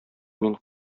мин